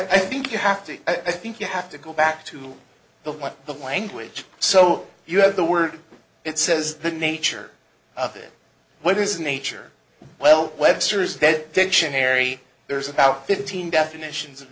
i think you have to i think you have to go back to the what the language so you have the word it says the nature of it what is nature well webster is dead dictionary there's about fifteen definitions of